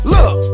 Look